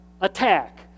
attack